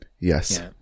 Yes